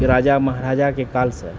राजा महाराजाके कालसँ